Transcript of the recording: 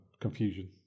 Confusion